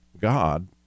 God